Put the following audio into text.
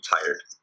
tired